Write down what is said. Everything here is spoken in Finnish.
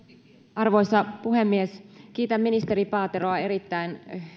arvoisa puhemies kiitän ministeri paateroa erittäin